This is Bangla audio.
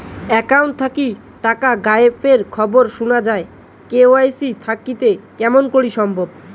একাউন্ট থাকি টাকা গায়েব এর খবর সুনা যায় কে.ওয়াই.সি থাকিতে কেমন করি সম্ভব?